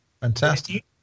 fantastic